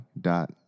dot